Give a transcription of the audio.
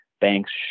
banks